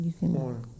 more